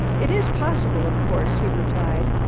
it is possible, of course, he replied.